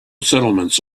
settlements